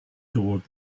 toward